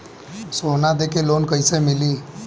सोना दे के लोन कैसे मिली?